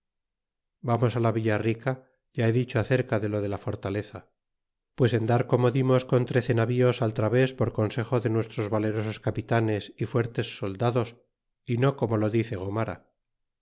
vamos a la villa rica ya he dicho acerca de lo de la fortaleza pues en dar como dimos con trece natrie afitraves por consejo de nuestros valerosos capitanes y fuertes soldados y no como lo dice gomera